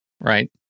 right